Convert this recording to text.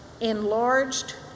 enlarged